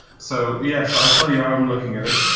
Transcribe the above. so yes, i'll tell you i'm looking at it.